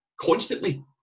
constantly